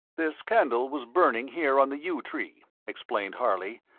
this candle was burning here on the yew tree, explained harley,